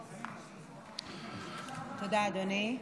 תודה, אדוני.